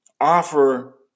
offer